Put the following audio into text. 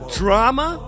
drama